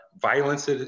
violence